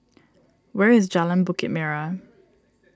where is Jalan Bukit Merah